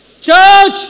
Church